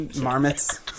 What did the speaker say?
marmots